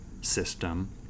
system